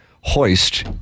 hoist